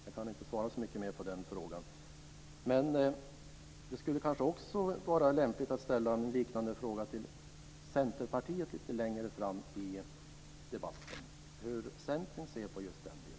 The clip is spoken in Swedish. Jag kan inte säga så mycket mer i den frågan, men det skulle kanske också vara lämpligt att ställa en fråga till Centerpartiet lite längre fram i debatten om hur Centern ser på detta.